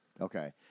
Okay